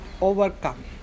overcome